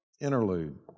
interlude